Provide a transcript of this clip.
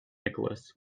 nicholas